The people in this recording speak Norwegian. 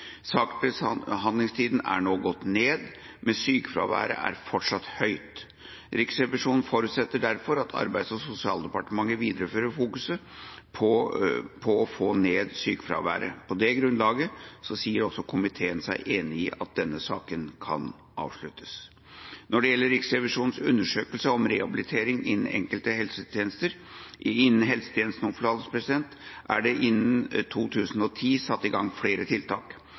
er nå gått ned, men sykefraværet er fortsatt høyt. Riksrevisjonen forutsetter derfor at Arbeids- og sosialdepartementet viderefører fokuseringa på å få ned sykefraværet. På det grunnlaget sier også komiteen seg enig i at denne saken kan avsluttes. Når det gjelder Riksrevisjonens undersøkelse om rehabilitering innen helsetjenesten, er det innen 2010 satt i gang flere tiltak,